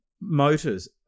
motors